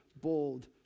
bold